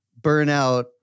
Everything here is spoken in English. burnout